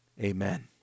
amen